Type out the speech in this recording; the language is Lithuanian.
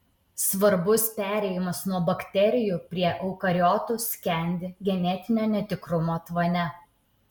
svarbus perėjimas nuo bakterijų prie eukariotų skendi genetinio netikrumo tvane